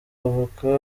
avoka